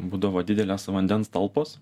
būdavo didelės vandens talpos